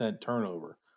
turnover